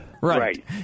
Right